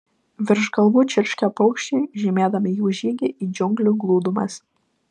virš galvų čirškė paukščiai žymėdami jų žygį į džiunglių glūdumas